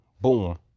boom